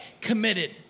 Committed